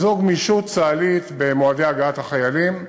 וזאת גמישות צה"לית במועדי הגעת החיילים,